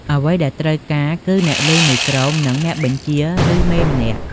អ្វីដែលត្រូវការគឺអ្នកលេងមួយក្រុម និងអ្នកបញ្ជា ឬ មេម្នាក់។